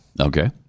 Okay